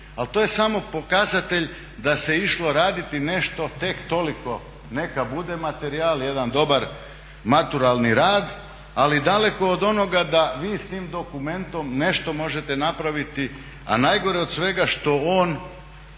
Ali to je samo pokazatelj da se išlo raditi nešto tek toliko, neka bude materijal jedan dobar maturalni rad ali daleko od onoga da vi s tim dokumentom nešto možete napraviti, a najgore od svega što on